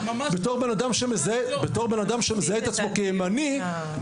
בתור בנאדם שמזהה את עצמו כמנהיג,